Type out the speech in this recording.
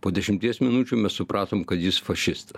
po dešimties minučių mes supratom kad jis fašistas